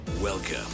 Welcome